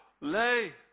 lay